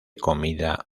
comida